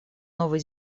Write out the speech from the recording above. новой